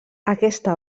aquesta